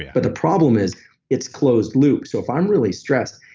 but the problem is it's closed loop. so, if i'm really stressed,